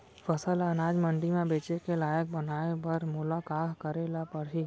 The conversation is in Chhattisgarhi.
फसल ल अनाज मंडी म बेचे के लायक बनाय बर मोला का करे ल परही?